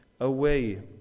away